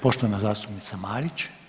Poštovana zastupnica Marić.